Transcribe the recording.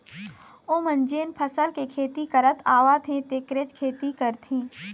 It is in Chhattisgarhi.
ओमन जेन फसल के खेती करत आवत हे तेखरेच खेती करथे